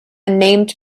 named